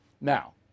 Now